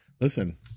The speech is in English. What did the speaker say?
listen